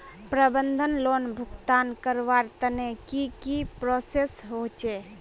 प्रबंधन लोन भुगतान करवार तने की की प्रोसेस होचे?